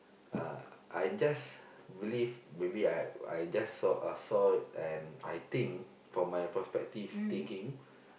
ah I just believe maybe I I just saw I saw and I think from my perspective thinking